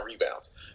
rebounds